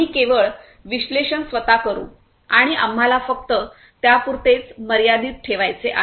आम्ही केवळ विश्लेषण स्वतः करू आणि आम्हाला फक्त त्यापुरतेच मर्यादित ठेवायचे आहे